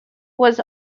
was